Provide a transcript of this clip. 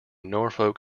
norfolk